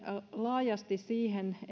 laajasti siihen